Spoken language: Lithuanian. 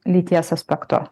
lyties aspektu